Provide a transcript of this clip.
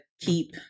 keep